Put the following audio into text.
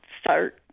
start